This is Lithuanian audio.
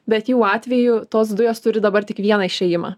bet jų atveju tos dujos turi dabar tik vieną išėjimą